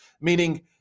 Meaning